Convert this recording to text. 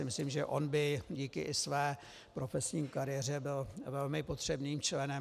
Myslím si, že on by díky i své profesní kariéře byl velmi potřebným členem.